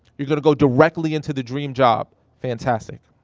you're gonna go directly into the dream job. fantastic.